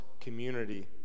community